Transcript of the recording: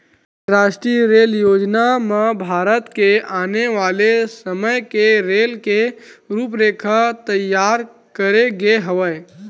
रास्टीय रेल योजना म भारत के आने वाले समे के रेल के रूपरेखा तइयार करे गे हवय